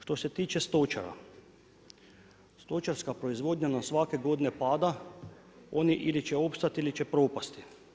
Što se tiče stočara, stočarska proizvodnja nam svake godine pada, oni ili će opstati ili će propasti.